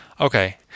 Okay